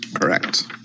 Correct